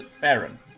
baron